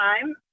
time